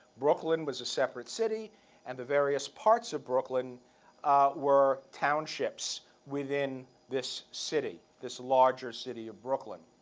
brooklyn was a separate city and the various parts of brooklyn were townships within this city, this larger city of brooklyn.